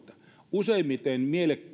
useimmiten